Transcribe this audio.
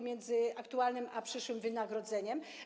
między aktualnym a przyszłym wynagrodzeniem.